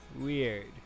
Weird